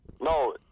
No